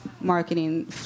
marketing